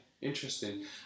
interesting